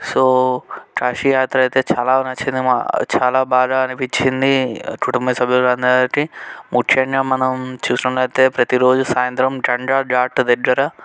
so Kashi యాత్ర అయితే చాలా నచ్చింది మా చాలా బాగా అనిపించింది కుటుంబ సభ్యులందరికీ ముఖ్యంగా మనం చూసుకున్నట్లయితే ప్రతిరోజు సాయంత్రం గంగా ఘాటు దగ్గర